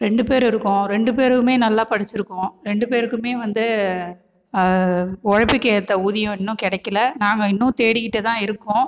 ரெண்டு பேர் இருக்கோம் ரெண்டு பேரும் நல்லா படித்திருக்கோம் ரெண்டு பேருக்கும் வந்து உழைப்புக்கு ஏற்ற ஊதியம் இன்னும் கிடைக்கல நாங்கள் இன்னும் தேடிகிட்டே தான் இருக்கோம்